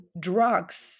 drugs